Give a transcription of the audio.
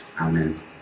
Amen